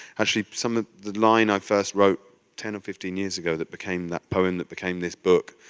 actually, some of the line i first wrote ten or fifteen years ago, that became that poem that became this book